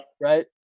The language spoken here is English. right